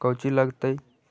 कौची लगतय?